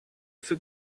für